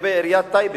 לגבי עיריית טייבה,